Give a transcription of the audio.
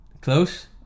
close